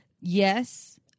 Yes